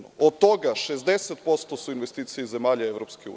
Od toga su 60% investicije iz zemalja EU.